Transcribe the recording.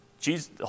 Jesus